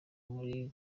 muri